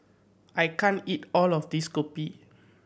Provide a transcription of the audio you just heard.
I can't eat all of this kopi